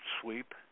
sweep